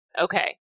Okay